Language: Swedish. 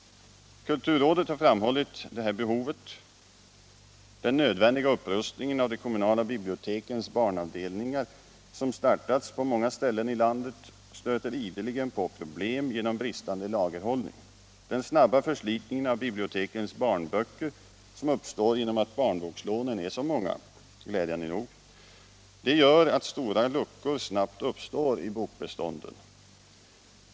Kulturrådet har framhållit detta behov. Den nödvändiga upprustning av de kommunala bibliotekens barnavdelningar, som startats på många ställen i landet, stöter ideligen på problem genom bristande lagerhållning. Den snabba förslitningen av bibliotekens barnböcker, som uppstår genom att barnbokslånen är så många — glädjande nog — gör att stora luckor snabbt uppstår i bokbestånden.